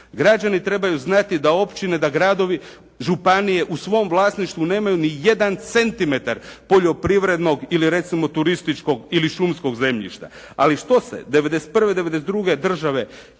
Građani trebaju znati da općine, da gradovi, županije u svom vlasništvu nemaju ni jedan centimetar poljoprivrednog ili recimo turističkog ili šumskog zemljišta. Ali što se 1991., 1992., države,